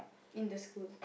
in the school